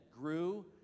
grew